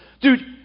Dude